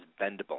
bendable